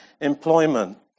employment